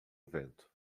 vento